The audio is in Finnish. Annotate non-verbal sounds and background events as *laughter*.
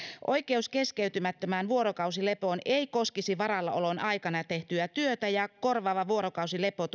oikeus keskeytymättömään vuorokausilepoon ei koskisi varallaolon aikana tehtyä työtä ja korvaava vuorokausilepo *unintelligible*